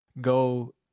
Go